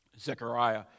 Zechariah